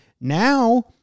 Now